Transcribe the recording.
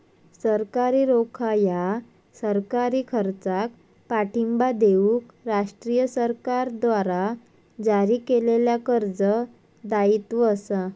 सरकारी रोखा ह्या सरकारी खर्चाक पाठिंबा देऊक राष्ट्रीय सरकारद्वारा जारी केलेल्या कर्ज दायित्व असा